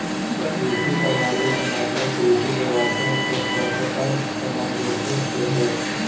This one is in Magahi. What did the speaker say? कृषि प्रणाली के मतलब कृषि व्यवसाय के परस्पर सामंजस्य से हइ